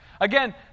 Again